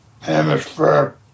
Hemisphere